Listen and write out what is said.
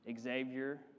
Xavier